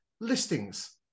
listings